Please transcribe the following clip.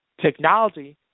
technology